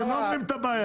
אתם לא אומרים את הבעיה.